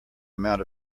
amount